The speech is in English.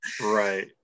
right